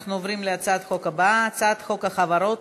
אנחנו עוברים להצעת החוק הבאה: הצעת חוק החברות